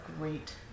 great